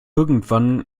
irgendwann